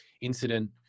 incident